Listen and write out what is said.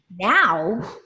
now